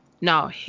no